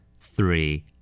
three